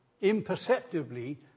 imperceptibly